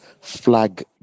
flag